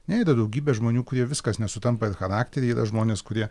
ne yra daugybė žmonių kurie viskas nesutampa ir charakteriai yra žmonės kurie